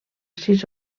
sis